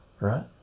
right